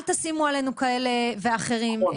אל תשימו עלינו כאלה ואחרים.